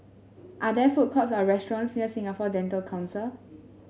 are there food courts or restaurants near Singapore Dental Council